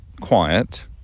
quiet